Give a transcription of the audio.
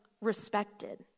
respected